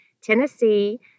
Tennessee